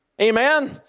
Amen